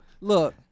look